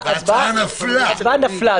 ההצבעה נפלה,